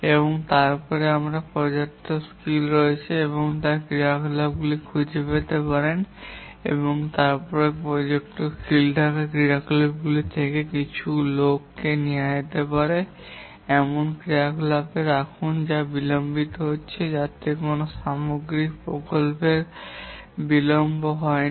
এবং তারপরে পর্যাপ্ত স্কিল রয়েছে এমন ক্রিয়াকলাপগুলি খুঁজে পেতে পারেন এবং তারপরে পর্যাপ্ত স্কিল থাকা ক্রিয়াকলাপ থেকে কিছু লোককে নেওয়া যেতে পারে এমন ক্রিয়াকলাপে রাখুন যা বিলম্বিত হচ্ছে যাতে কোনও সামগ্রিক প্রকল্পের বিলম্ব হয় না